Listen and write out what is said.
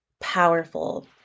powerful